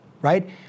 right